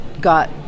got